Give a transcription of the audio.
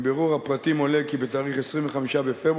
מבירור הפרטים עולה כי בתאריך 25 בפברואר,